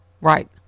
Right